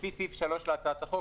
לפי סעיף 3 להצעת החוק,